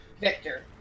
Victor